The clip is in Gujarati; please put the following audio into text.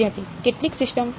વિદ્યાર્થી કેટલીક સિસ્ટમ